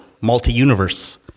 multi-universe